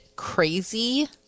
crazy